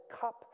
cup